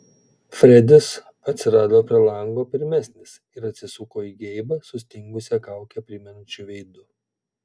fredis atsirado prie lango pirmesnis ir atsisuko į geibą sustingusią kaukę primenančiu veidu